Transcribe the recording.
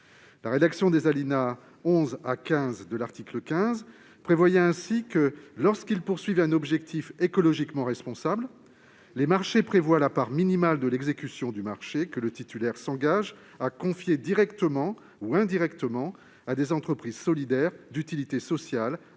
première, les alinéas 11 à 15 de l'article 15 prévoyaient ainsi que les marchés ayant un objectif écologiquement responsable devaient prévoir la part minimale de l'exécution du marché que le titulaire s'engageait à confier directement ou indirectement à des entreprises solidaires d'utilité sociale